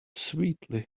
sweetly